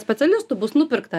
specialistų bus nupirkta